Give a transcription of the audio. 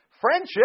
friendship